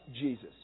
Jesus